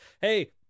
Hey